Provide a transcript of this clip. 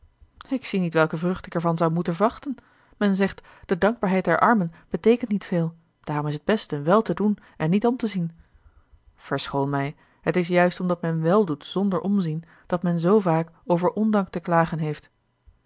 ik zie niet welke vrucht ik er van zou moeten wachten men zegt de dankbaarheid der armen beteekent niet veel daarom is t beste wèl te doen en niet om te zien verschoon mij het is juist omdàt men weldoet zonder omzien dat men zoo vaak over ondank te klagen heeft